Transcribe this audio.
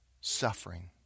suffering